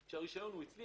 כשהרישיון יהיה אצלי,